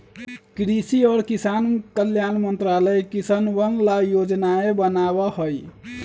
कृषि और किसान कल्याण मंत्रालय किसनवन ला योजनाएं बनावा हई